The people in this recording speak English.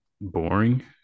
boring